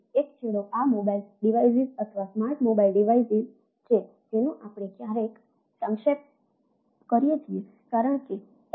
એક છેડો આ મોબાઇલ ડિવાઇસીસ અથવા સ્માર્ટ મોબાઇલ ડિવાઇસીસ છે જેનો આપણે ક્યારેક સંક્ષેપ કરીએ છીએ કારણ કે એસ